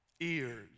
Ears